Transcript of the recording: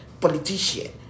politician